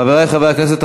חברי חברי הכנסת,